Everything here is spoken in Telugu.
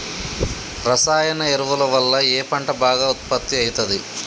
రసాయన ఎరువుల వల్ల ఏ పంట బాగా ఉత్పత్తి అయితది?